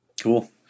Cool